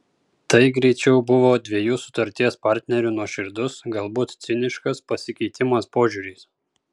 tai greičiau buvo dviejų sutarties partnerių nuoširdus galbūt ciniškas pasikeitimas požiūriais